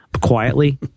Quietly